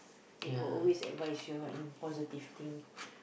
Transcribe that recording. it will always advise you and positive thing